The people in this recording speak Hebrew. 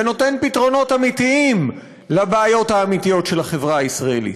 ונותן פתרונות אמיתיים לבעיות האמיתיות של החברה הישראלית.